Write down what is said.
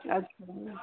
अच्छा